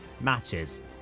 matches